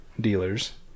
dealers